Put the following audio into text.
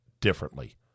differently